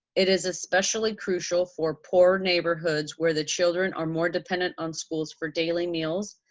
it is especially crucial for poor neighborhoods where the children are more dependent on schools for daily meals,